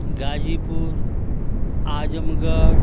Ghazipur Azamgarh